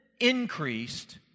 increased